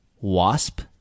wasp